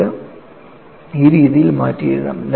ഇത് ഈ രീതിയിൽ മാറ്റിയെഴുതാം